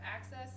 access